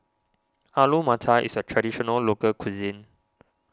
Alu Matar is a Traditional Local Cuisine